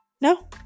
No